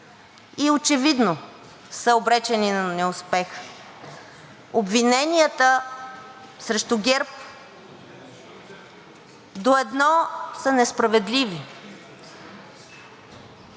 и очевидно са обречени на неуспех. Обвиненията срещу ГЕРБ до едно са несправедливи